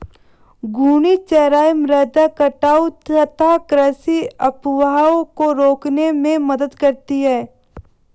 घूर्णी चराई मृदा कटाव तथा कृषि अपवाह को रोकने में मदद करती है